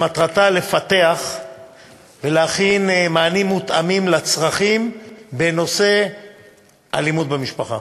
שמטרתה לפתח ולהכין מענים מותאמים לצרכים בנושא אלימות במשפחה.